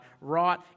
right